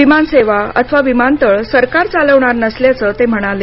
विमानसेवा अथवा विमानतळ सरकार चालवणार नसल्याचं ते म्हणाले